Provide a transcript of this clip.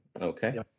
Okay